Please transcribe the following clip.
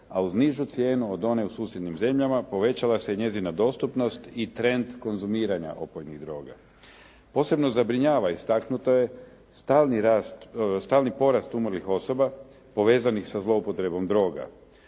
a uz nižu cijenu od one u susjednim zemljama povećala se i njezina dostupnost i trend konzumiranja opojnih droga. Posebno zabrinjava istaknuto je stalni rast, stalni porast umrlih osoba povezanih sa zloupotrebom droga.